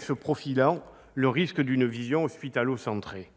Se profile en effet le risque d'une vision hospitalo-centrée.